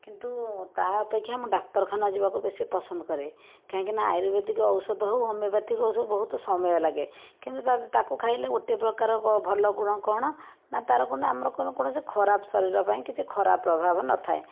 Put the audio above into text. କିନ୍ତୁ ତା ଅପେକ୍ଷା ମୁଁ ଡାକ୍ତରଖାନା ଯିବାକୁ ବେଶୀ ପସନ୍ଦ କରେ କାହିଁକି ନା ଆୟୁର୍ବେଦିକ ଔଷଧ ହେଉ ହୋମିଓପାଥି ହେଉ ସେ ବହୁତ ସମୟ ଲାଗେ କିନ୍ତୁ ତାକୁ ଖାଇଲେ ଗୋଟିଏ ପ୍ରକାର କ ଭଲ ଗୁଣ କ'ଣ ନା ତାର କ'ଣ ନା ଆମର କୌଣସି ଖରାପ ଶରୀର ପାଇଁ କିଛି ଖରାପ ପ୍ରଭାବ ନଥାଏ